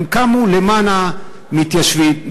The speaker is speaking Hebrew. הן קמו למען המתיישבים,